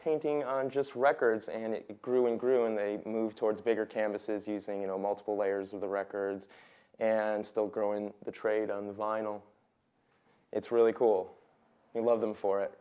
painting on just records and it grew and grew and they moved towards bigger canvases using you know multiple layers of the records and still grow in the trade on the vinyl it's really cool we love them for it